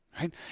right